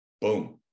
Boom